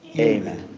amen.